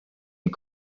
est